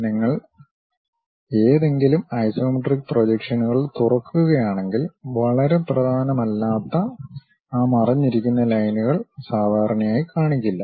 നിങ്ങൾ ഏതെങ്കിലും ഐസോമെട്രിക് പ്രൊജക്ഷനുകൾ തുറക്കുകയാണെങ്കിൽ വളരെ പ്രധാനമല്ലാത്ത ആ മറഞ്ഞിരിക്കുന്ന ലൈനുകൾ സാധാരണയായി കാണിക്കില്ല